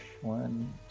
one